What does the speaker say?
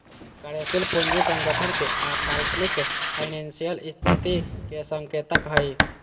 कार्यशील पूंजी संगठन के अल्पकालिक फाइनेंशियल स्थिति के संकेतक हइ